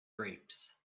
grapes